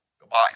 Goodbye